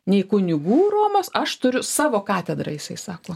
nei kunigų romos aš turiu savo katedrą jisai sako